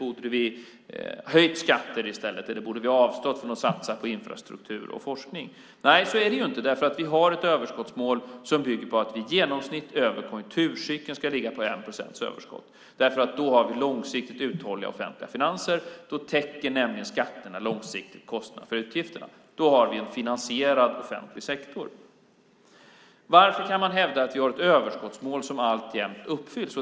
Borde vi ha höjt skatter i stället, eller borde vi ha avstått från att satsa på infrastruktur och forskning? Nej, så är det inte, därför att vi har ett överskottsmål som bygger på att vi i genomsnitt över konjunkturcykeln ska ligga på 1 procents överskott. Då har vi långsiktigt uthålliga offentliga finanser. Då täcker nämligen skatterna långsiktigt kostnaderna för utgifterna. Då har vi en finansierad offentlig sektor. Varför kan man hävda att vi har ett överskottsmål som alltjämt uppfylls?